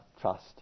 trust